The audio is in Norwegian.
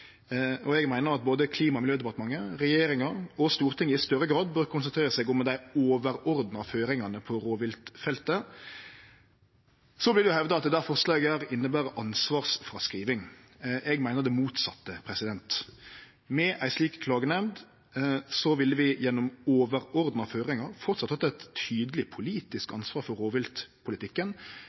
og eg meiner både Klima- og miljødepartementet, regjeringa og Stortinget i større grad bør konsentrere seg om dei overordna føringane på rovviltfeltet. Så vil nokon hevde at dette forslaget inneber ansvarsfråskriving. Eg meiner det motsette. Med ei slik klagenemnd ville vi gjennom overordna føringar framleis hatt eit tydeleg politisk ansvar for